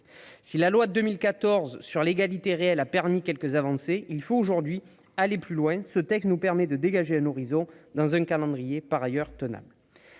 entre les femmes et les hommes a permis quelques avancées, il faut aujourd'hui aller plus loin. Ce texte nous permet de dégager un horizon, dans un calendrier par ailleurs tenable.